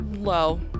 Low